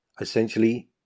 essentially